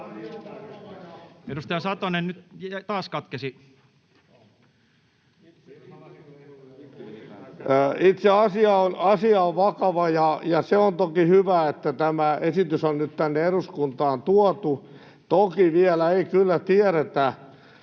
Mutta... ...itse asia on vakava, ja se on toki hyvä, että tämä esitys on nyt tänne eduskuntaan tuotu. Toki vielä ei kyllä tiedetä,